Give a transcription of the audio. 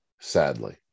Sadly